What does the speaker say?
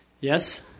Yes